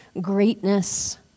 greatness